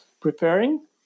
preparing